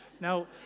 Now